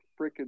freaking